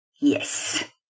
Yes